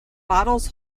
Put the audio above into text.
bottles